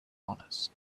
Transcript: honors